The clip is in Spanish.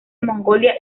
mongolia